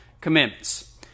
commandments